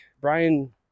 Brian